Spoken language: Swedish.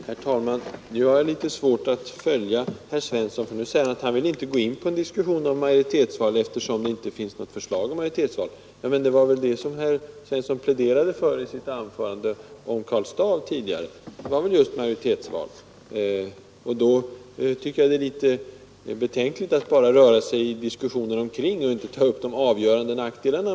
Herr talman! Jag har litet svårt att följa herr Svensson i Eskilstuna. Nu säger han att han inte vill gå in i någon diskussion om majoritetsval, eftersom det inte finns något förslag om majoritetsval. Men det var väl just majoritetsval som herr Svensson. pläderade för i sitt anförande om Karl Staaff tidigare. Jag tycker det är litet betänkligt att bara föra en diskussion runt omkring det, och inte ta upp de avgörande nackdelarna.